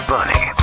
Bunny